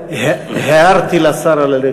הערתי לשר על,